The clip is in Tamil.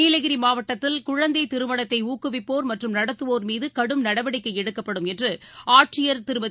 நீலகிரிமாவட்டத்தில் குழந்தைதிருமணத்தைஊக்குவிப்போர் மற்றும் நடத்துவோர்மீதுகடும் நடவடிக்கைஎடுக்கப்படும் என்றுஆட்சியர் திருமதி